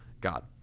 God